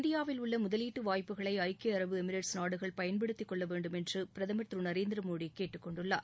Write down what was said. இந்தியாவில் உள்ள முதலீட்டு வாய்ப்புகளை ஐக்கிய அரபு எமிரேட்ஸ் நாடுகள் பயன்படுத்தி கொள்ள வேண்டும் என்று பிரதமர் திரு நரேந்திர மோடி கேட்டுக்கொண்டுள்ளார்